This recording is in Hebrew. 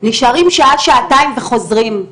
נשארים שעה-שעתיים וחוזרים,